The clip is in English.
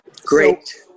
Great